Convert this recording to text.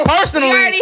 Personally